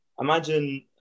imagine